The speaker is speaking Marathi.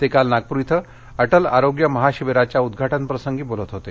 ते काल नागपूर इथं अटल आरोग्य महाशिबीराच्या उद्घाटन प्रसंगी बोलत होते